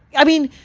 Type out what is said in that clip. i mean,